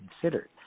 considered